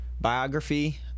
biography